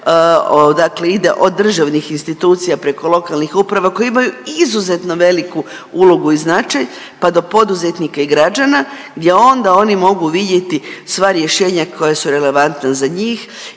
od državnih institucija preko lokalnih uprava koje imaju izuzetno veliku ulogu i značaj pa do poduzetnika i građana gdje onda oni mogu vidjeti sva rješenja koja su relevantna za njih